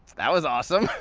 that was awesome!